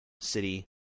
city